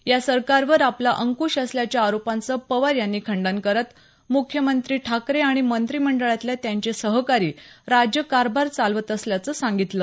या सरकारवर आपला अंकृश असल्याच्या आरोपांचं पवार यांनी खंडन करत मुख्यमंत्री ठाकरे आणि मंत्रिमंडळातल्या त्यांचे सहकारी राज्यकारभार चालवत असल्याचं सांगितलं